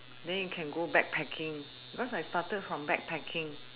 then you can go backpacking because I started from backpacking